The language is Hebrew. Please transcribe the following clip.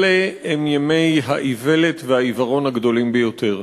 אלה הם ימי האיוולת והעיוורון הגדולים ביותר.